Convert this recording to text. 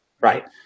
Right